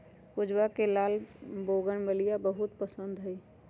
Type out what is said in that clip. पूजवा के लाल बोगनवेलिया बहुत पसंद हई